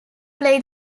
play